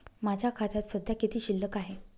माझ्या खात्यात सध्या किती शिल्लक आहे?